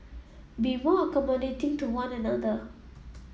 be more accommodating to one another